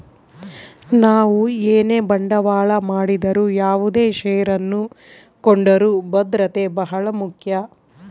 ನಾವು ಏನೇ ಬಂಡವಾಳ ಮಾಡಿದರು ಯಾವುದೇ ಷೇರನ್ನು ಕೊಂಡರೂ ಭದ್ರತೆ ಬಹಳ ಮುಖ್ಯ